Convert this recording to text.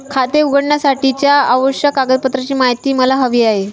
खाते उघडण्यासाठीच्या आवश्यक कागदपत्रांची माहिती मला हवी आहे